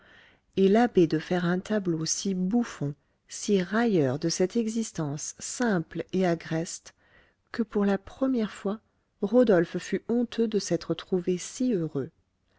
et l'abbé de faire un tableau si bouffon si railleur de cette existence simple et agreste que pour la première fois rodolphe fut honteux de s'être trouvé si heureux